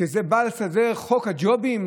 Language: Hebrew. כשזה בא לסדר עבודה,